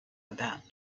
about